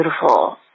beautiful